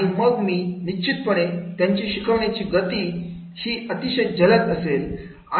आणि मग मी निश्चितपणे त्यांची शिकण्याची गती ही गती अतिशय जलद असेल